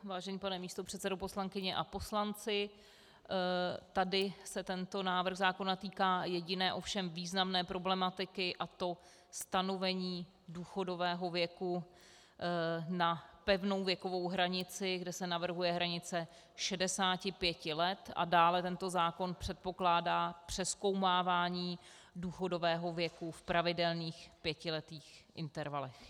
Vážený pane místopředsedo, poslankyně a poslanci, tento návrh zákona se týká jediné, ovšem významné problematiky, a to stanovení důchodového věku na pevnou věkovou hranici, kde se navrhuje hranice 65 let, a dále tento zákon předpokládá přezkoumávání důchodového věku v pravidelných pětiletých intervalech.